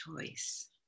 choice